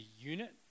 unit